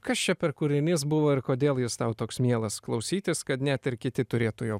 kas čia per kūrinys buvo ir kodėl jis tau toks mielas klausytis kad net ir kiti turėtų jo